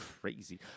crazy